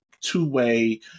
two-way